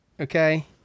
Okay